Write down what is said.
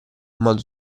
modo